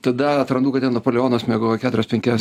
tada atrandu kad ten napoleonas miegojo keturias penkias